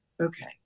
okay